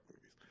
movies